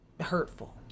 Hurtful